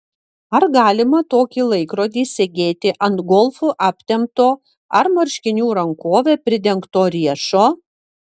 ar galima tokį laikrodį segėti ant golfu aptemto ar marškinių rankove pridengto riešo